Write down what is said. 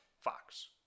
Fox